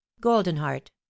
goldenheart